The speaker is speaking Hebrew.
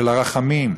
של הרחמים.